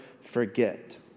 forget